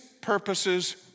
purposes